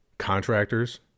contractors